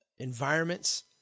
Environments